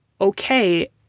okay